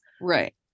right